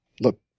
look